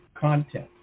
content